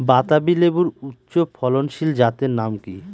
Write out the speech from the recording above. বাতাবি লেবুর উচ্চ ফলনশীল জাতের নাম কি?